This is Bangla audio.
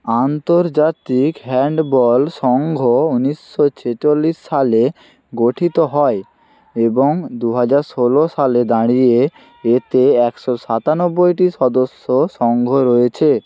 আন্তর্জাতিক হ্যাণ্ডবল সঙ্ঘ উনিশশো ছেচল্লিশ সালে গঠিত হয় এবং দু হাজার ষোলো সালে দাঁড়িয়ে এতে একশো সাতানব্বইটি সদস্য সঙ্ঘ রয়েছে